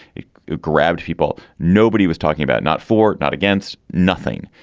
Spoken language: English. it grabbed people. nobody was talking about not for not against nothing.